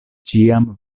ĉiam